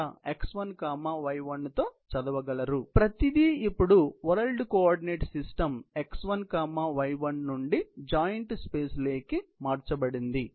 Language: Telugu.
కాబట్టి ప్రతిదీ ఇప్పుడు world coordinate system x1 y1 నుండి జాయింట్ స్పేస్ లోకి మార్చబడింది